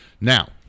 Now